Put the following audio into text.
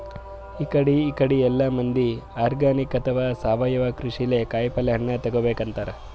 ಇಕಡಿ ಇಕಡಿ ಎಲ್ಲಾ ಮಂದಿ ಆರ್ಗಾನಿಕ್ ಅಥವಾ ಸಾವಯವ ಕೃಷಿಲೇ ಕಾಯಿಪಲ್ಯ ಹಣ್ಣ್ ತಗೋಬೇಕ್ ಅಂತಾರ್